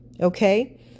okay